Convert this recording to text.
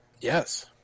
yes